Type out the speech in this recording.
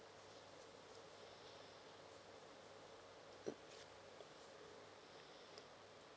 mm